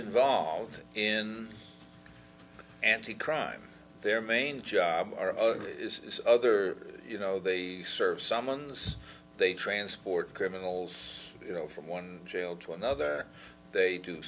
involved in anti crime their main job is other you know they serve summons they transport criminals you know from one jail to another they do